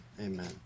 Amen